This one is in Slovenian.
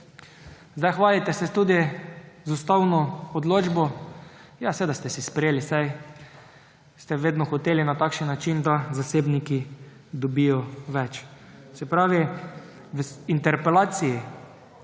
Hvalite se tudi z ustavno odločbo. Ja, seveda ste jo sprejeli, saj ste vedno hoteli na takšen način, da zasebniki dobijo več. Se pravi, v interpelaciji